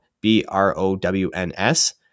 B-R-O-W-N-S